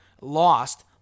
lost